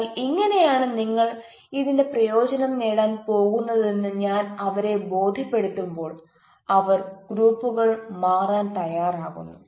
എന്നാൽ ഇങ്ങനെയാണ് നിങ്ങൾ ഇതിന്റെ പ്രയോജനം നേടാൻ പോകുന്നതെന്ന് ഞാൻ അവരെ ബോധ്യപ്പെടുത്തുമ്പോൾ അവർ ഗ്രൂപ്പുകൾ മാറാൻ തയാറാകുന്നു